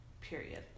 Period